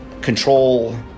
control